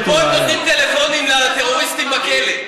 ופה הם נותנים פלאפונים לטרוריסטים בכלא.